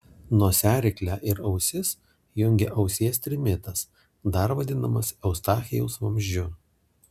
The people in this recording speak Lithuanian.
nosiaryklę ir ausis jungia ausies trimitas dar vadinamas eustachijaus vamzdžiu